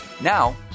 Now